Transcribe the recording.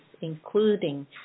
including